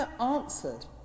answered